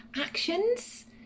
actions